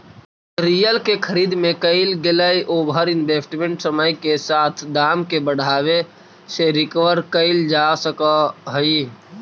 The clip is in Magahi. रियल के खरीद में कईल गेलई ओवर इन्वेस्टमेंट समय के साथ दाम के बढ़ावे से रिकवर कईल जा सकऽ हई